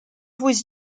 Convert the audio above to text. was